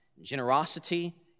generosity